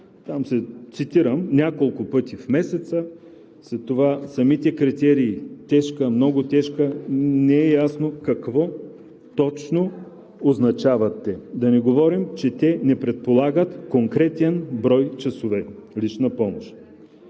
там, цитирам – няколко пъти в месеца, след това самите критерии за тежка и много тежка, не е ясно какво точно означават те. Да не говорим, че те не предполагат конкретен брой часове лична помощ,